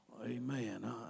Amen